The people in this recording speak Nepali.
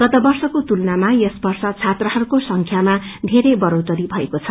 गत वप्रको तुलनामा यस वर्ष छात्राहरूको संख्यामा पेरै बढ़ोत्तरी भएको छ